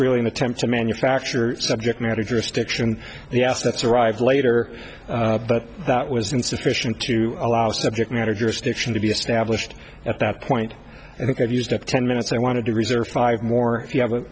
really an attempt to manufacture subject matter jurisdiction the assets arrive later but that was insufficient to allow the subject matter jurisdiction to be established at that point i think i've used up ten minutes i wanted to reserve five more if you have a